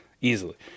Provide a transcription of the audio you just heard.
easily